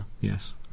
Yes